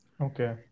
Okay